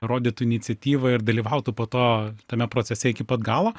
rodytų iniciatyvą ir dalyvautų po to tame procese iki pat galo